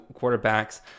quarterbacks